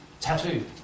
tattoo